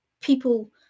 people